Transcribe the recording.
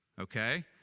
Okay